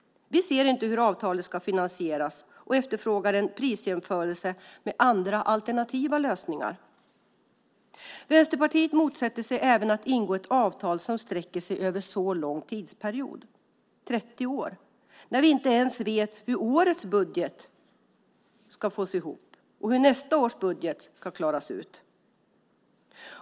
Vi ser inte hur avtalet ska finansieras och efterfrågar en prisjämförelse med andra alternativa lösningar. Vänsterpartiet motsätter sig även att ingå ett avtal som sträcker sig över en så lång tidsperiod, 30 år, när vi inte ens vet hur årets budget ska fås ihop och hur nästa års budget ska klaras ut.